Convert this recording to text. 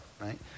right